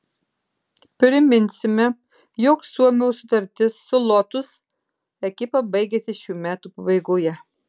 priminsime jog suomio sutartis su lotus ekipa baigiasi šių metų pabaigoje